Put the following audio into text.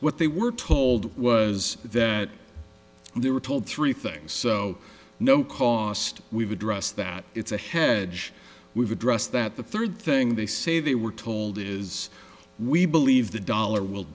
what they were we're told was that they were told three things so no cost we've addressed that it's a heads we've addressed that the third thing they say they were told is we believe the dollar will